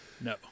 no